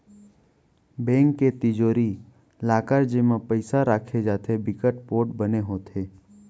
bank के तिजोरी, locker जेमा पइसा राखे जाथे बिकट पोठ बने होथे